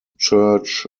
church